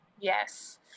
Yes